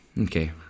okay